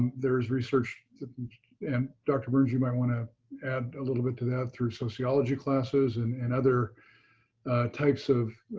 there is research and dr. burns, you might want to add a little bit to that through sociology classes and and other types of